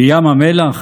/ וים המלח?